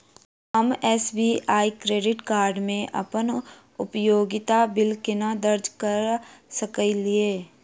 हम SBI credit card मे अप्पन उपयोगिता बिल केना दर्ज करऽ सकलिये?